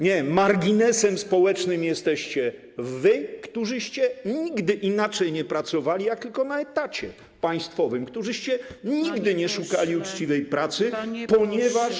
Nie, marginesem społecznym jesteście wy, którzyście nigdy inaczej nie pracowali, jak tylko na etacie państwowym, którzyście nigdy nie szukali uczciwej pracy, ponieważ.